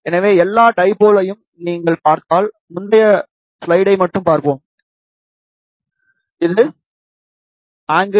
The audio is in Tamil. எனவே எல்லா டைபோல் யையும் நீங்கள் பார்த்தால் முந்தைய ஸ்லைடை மட்டும் பார்ப்போம் எனவே இது a